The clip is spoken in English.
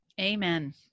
Amen